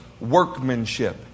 workmanship